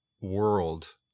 world